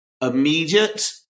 immediate